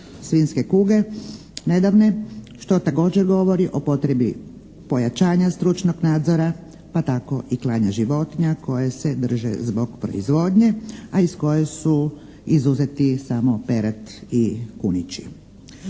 svinjske kuge nedavne što također govori o potrebi pojačanja stručnog nadzora pa tako i klanja životinja koje se drže zbog proizvodnje, a iz koje su izuzeti samo perad i kunići.